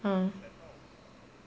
mm